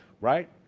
right